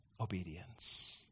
obedience